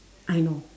I know